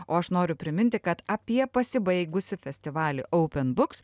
o aš noriu priminti kad apie pasibaigusį festivalį oupen buks